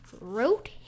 wrote